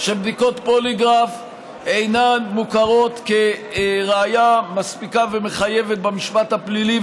שבדיקות פוליגרף אינן מוכרות כראיה מספיקה ומחייבת במשפט הפלילי,